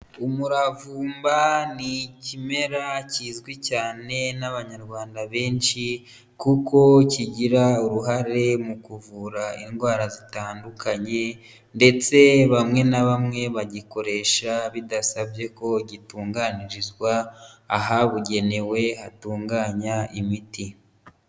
Umuravumba ni ikimera kizwi cyane n'abanyarwanda benshi kuko kigira uruhare mu kuvura indwara zitandukanye, ndetse bamwe na bamwe bagikoresha bidasabye ko gitunganirizwa ahabugenewe hatunganya imiti.